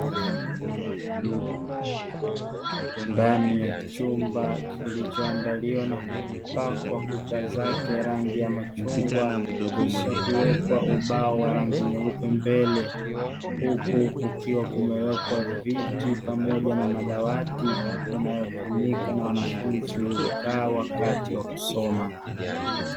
Ndani ya chumba kilichoandaliwa na kupakwa kuta zake rangi ya machungwa, kisha kuwekwa ubao wa rangi nyeupe mbele. Huku kukiwa kumewekwa viti pamoja na madawati yanayotumika na wanafunzi kukaa wakati wa kusoma.